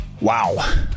Wow